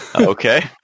Okay